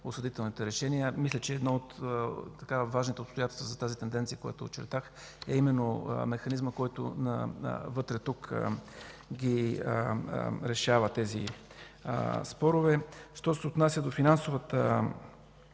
осъдителните решения. Мисля, че едно от важните обстоятелства за тази тенденция, която очертах, е механизмът, който тук вътре решава тези спорове. Що се отнася до финансовата